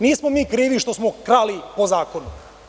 Nismo mi krivi što smo krali po zakonu“